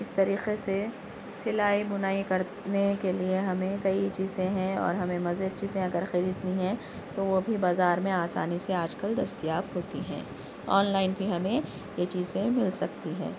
اس طریقے سے سلائی بنائی کرنے کے لیے ہمیں کئی چیزیں ہیں اور ہمیں مزید چیزیں اگر خریدنی ہیں تو وہ بھی بازار میں آسانی سے آج کل دستیاب ہوتی ہیں آن لائن بھی ہمیں یہ چیزیں مل سکتی ہیں